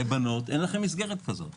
אין לכם מסגרת כזו לבנות.